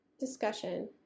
discussion